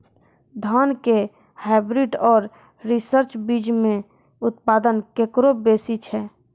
धान के हाईब्रीड और रिसर्च बीज मे उत्पादन केकरो बेसी छै?